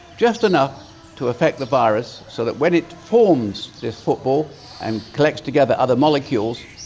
just enough to affect the virus so that when it forms this football and collects together other molecules,